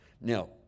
Now